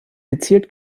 gezielt